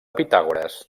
pitàgores